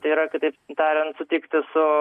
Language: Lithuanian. tai yra kitaip tariant sutikti su